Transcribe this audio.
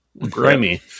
grimy